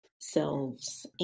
selves